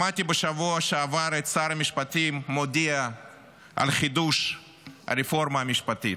שמעתי בשבוע שעבר את שר המשפטים מודיע על חידוש הרפורמה המשפטית.